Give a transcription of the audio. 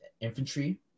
infantry